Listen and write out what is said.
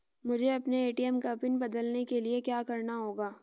मुझे अपने ए.टी.एम का पिन बदलने के लिए क्या करना होगा?